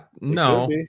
no